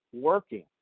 working